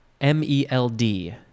M-E-L-D